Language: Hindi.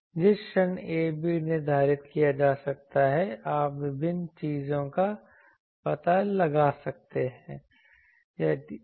जिस क्षण a b निर्धारित किया जा सकता है आप विभिन्न चीजों का पता लगा सकते हैं